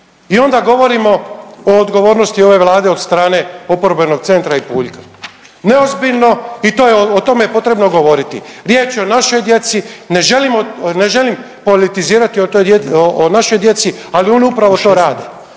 i onda govorimo o odgovornosti ove Vlade od strane oporbenog centra i Puljka. Neozbiljno i to je, o tome je potrebno govoriti. Riječ je o našoj djeci, ne želimo, ne želim politizirati o toj